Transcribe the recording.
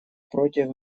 против